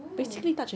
oh